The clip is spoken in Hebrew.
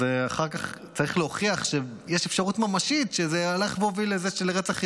אחר כך צריך להוכיח שיש אפשרות ממשית שזה הלך והוביל לרצח יהודים,